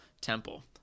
temple